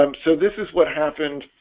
um so this is what happened?